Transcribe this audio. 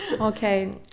Okay